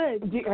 good